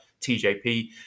TJP